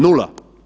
Nula.